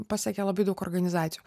pasiekė labai daug organizacijų